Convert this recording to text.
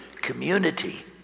community